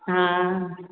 हा